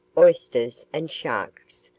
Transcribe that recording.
oysters, and sharks,